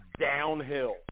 downhill